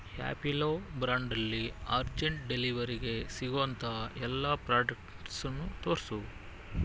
ಹ್ಯಾಪಿಲೋ ಬ್ರ್ಯಾಂಡಲ್ಲಿ ಅರ್ಜೆಂಟ್ ಡೆಲಿವರಿಗೆ ಸಿಗೋಂತಹ ಎಲ್ಲ ಪ್ರಾಡಕ್ಟ್ಸನ್ನು ತೋರಿಸು